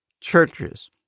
churches